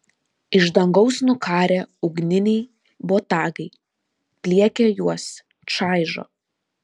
iš dangaus nukarę ugniniai botagai pliekia juos čaižo